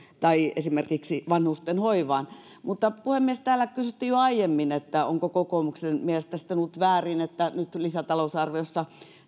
tai esimerkiksi vanhustenhoivaan mutta puhemies täällä kysyttiin jo aiemmin onko kokoomuksen mielestä sitten ollut väärin että nyt lisätalousarviossa